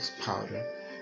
powder